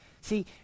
See